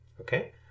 okay